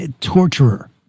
torturer